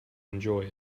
enjoy